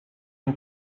une